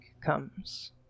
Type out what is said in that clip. comes